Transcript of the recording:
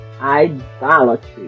idolatry